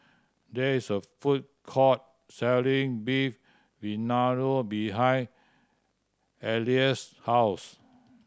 there is a food court selling Beef Vindaloo behind Elease's house